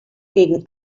gegen